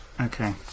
Okay